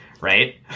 right